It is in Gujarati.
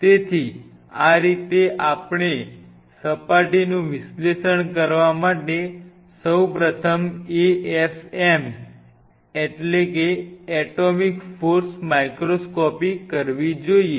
તેથી આ રીતે આપણે સપાટીનું વિશ્લેષણ કરવા માટે સૌ પ્રથમ AFM એટોમિક ફોર્સ માઇક્રોસ્કોપી કરવી જોઈએ